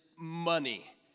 money